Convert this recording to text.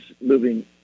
moving